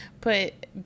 Put